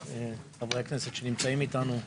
חברי הכנסת שנמצאים אתנו.